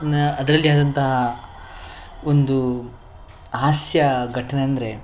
ನಾ ಅದರಲ್ಲಿ ಆದಂತಹ ಒಂದು ಹಾಸ್ಯ ಘಟನೆ ಅಂದರೆ